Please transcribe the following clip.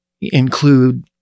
include